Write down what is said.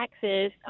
taxes